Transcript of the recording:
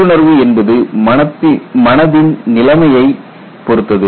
உள்ளுணர்வு என்பது மனதின் நிலைமையைப் பொறுத்தது